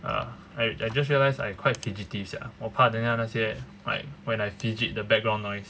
uh I I just realize I quite fidgety sia 我怕等一下那些 like when I fidget the background noise